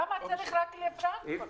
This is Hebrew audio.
למה צריך רק פרנקפורט?